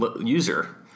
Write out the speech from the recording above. user